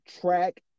track